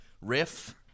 riff